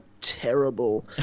terrible